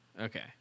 Okay